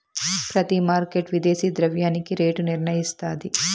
ప్రతి మార్కెట్ విదేశీ ద్రవ్యానికి రేటు నిర్ణయిస్తాయి